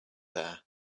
there